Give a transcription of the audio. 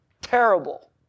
terrible